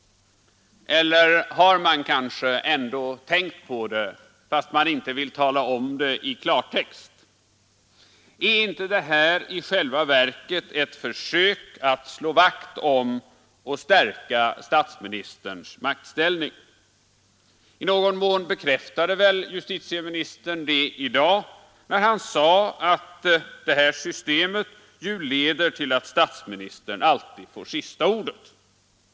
Eller har man kanske ändå tänkt på det — fast man inte vill tala om det i klartext? Är inte detta i själva verket ett försök att slå vakt om och stärka statsministerns maktställning? I någon mån bekräftade väl justitieministern det i dag, när han sade att det här systemet ju leder till att statsministern alltid får sista ordet.